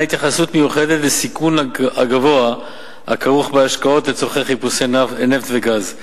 התייחסות מיוחדת לסיכון הגבוה הכרוך בהשקעות לצורכי חיפושי נפט וגז.